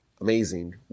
amazing